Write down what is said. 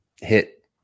hit